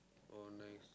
oh nice